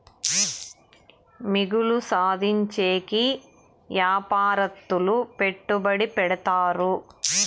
మిగులు సాధించేకి యాపారత్తులు పెట్టుబడి పెడతారు